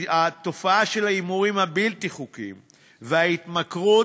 התופעה של ההימורים הבלתי-חוקיים וההתמכרות,